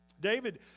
David